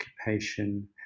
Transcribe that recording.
occupation